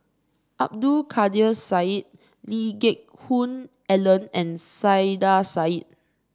Abdul Kadir Syed Lee Geck Hoon Ellen and Saiedah Said